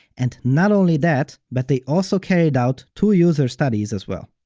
and not only that, but they also carried out two user studies as well.